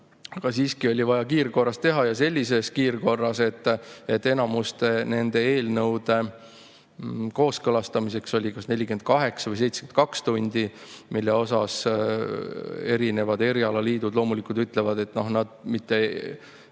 Aga siiski oli vaja teha kiirkorras ja sellises kiirkorras, et enamuse nende eelnõude kooskõlastamiseks oli kas 48 või 72 tundi. Erinevad erialaliidud loomulikult ütlevad, et nad